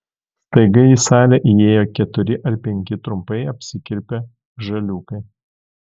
staiga į salę įėjo keturi ar penki trumpai apsikirpę žaliūkai